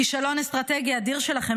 כישלון אסטרטגיה אדיר שלכם,